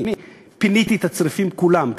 פיניתי את הצריפים כולם,